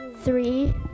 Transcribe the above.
Three